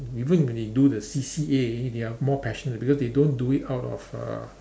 even when they do the C_C_A they are more passionate because they don't do it out of uh